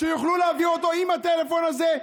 שיוכלו להביא אותו עם הטלפון הזה,